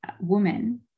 woman